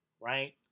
right